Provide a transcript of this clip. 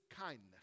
kindness